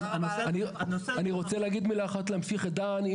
אני רוצה להמשיך את דן במילה אחת,